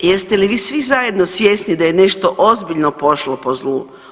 Jeste li vi svi zajedno svjesni da je nešto ozbiljno pošlo po zlu?